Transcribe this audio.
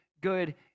good